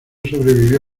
sobrevivió